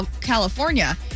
California